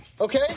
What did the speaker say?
Okay